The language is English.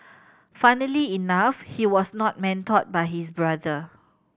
funnily enough he was not mentored by his brother